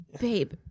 Babe